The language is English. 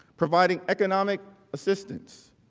providing economic assistance,